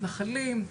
מתנחלים,